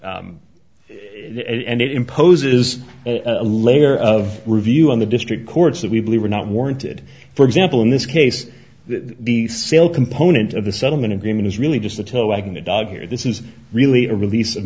it and it imposes a layer of review on the district courts that we believe are not warranted for example in this case the sale component of the settlement agreement is really just the toe of the dog here this is really a release of